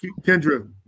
Kendra